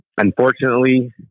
unfortunately